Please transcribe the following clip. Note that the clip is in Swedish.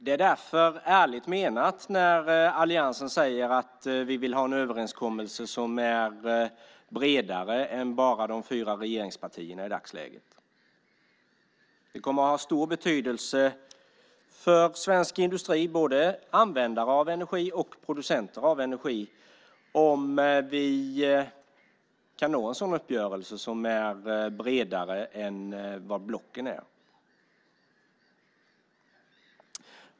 Därför är det ärligt menat när alliansen säger att vi vill ha en överenskommelse som är bredare än enbart de fyra regeringspartierna. Det kommer att ha stor betydelse för svensk industri, för både användare av energi och producenter av energi, om vi kan nå en uppgörelse som är bredare än blocken.